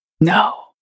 No